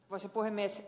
arvoisa puhemies